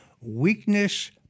weakness